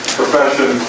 profession